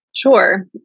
Sure